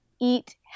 eat